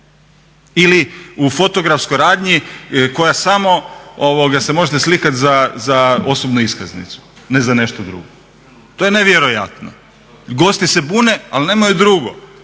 Ili u fotografskoj radnji koja samo se možete slikat za osobnu iskaznicu, ne za nešto drugo. To je nevjerojatno. Gosti se bune, ali nemaju drugo.